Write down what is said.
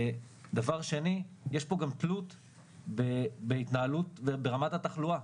דבר שני, יש פה גם תלות ברמת התחלואה.